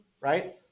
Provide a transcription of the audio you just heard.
right